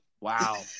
Wow